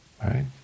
right